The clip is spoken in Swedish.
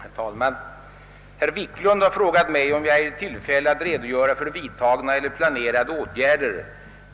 Herr talman! Herr Wiklund i Härnösand har frågat mig om jag är i tillfälle att redogöra för vidtagna eller planerade åtgärder